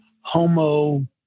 homo